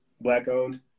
Black-owned